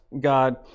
God